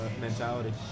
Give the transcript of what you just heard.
mentality